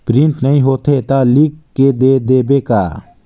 Print नइ होथे ता लिख के दे देबे का?